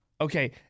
Okay